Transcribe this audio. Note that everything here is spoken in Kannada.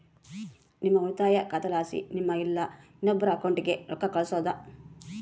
ನಿಮ್ಮ ಉಳಿತಾಯ ಖಾತೆಲಾಸಿ ನಿಮ್ಮ ಇಲ್ಲಾ ಇನ್ನೊಬ್ರ ಅಕೌಂಟ್ಗೆ ರೊಕ್ಕ ಕಳ್ಸೋದು